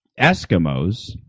Eskimos